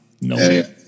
no